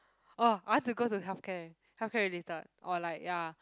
oh I want to go to healthcare healthcare related or like ya